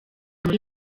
muri